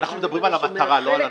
--- אנחנו מדברים על המטרה, לא על הנוסח.